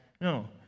No